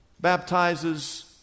baptizes